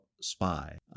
spy